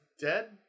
dead